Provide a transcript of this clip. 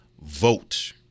vote